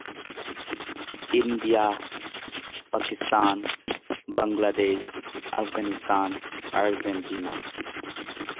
India Pakistan Bangladesh Afghanistan Argentina